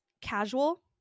casual